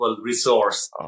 resource